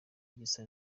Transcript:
gisa